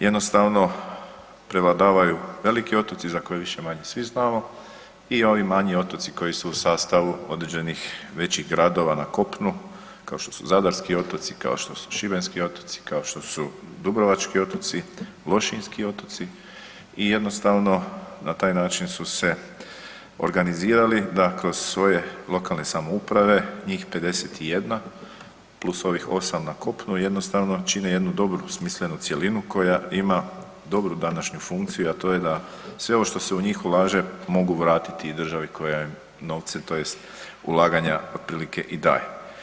Jednostavno prevladavaju veliki otoci za koje više-manje svi znamo i ovi manji otoci koji su u sastavu određenih većih gradova na kopnu kao što su zadarski otoci, kao što su šibenski otoci, kao što su dubrovački otoci, lošinjski otoci i jednostavno na taj način su se organizirali da kroz svoje lokalne samouprave njih 51 plus ovih 8 na kopnu jednostavno čine jednu dobru smislenu cjelinu koja ima dobru današnju funkciju, a to je da sve ovo što se u njih ulaže mogu vratiti i državi koja im novce tj. ulaganja otprilike i daje.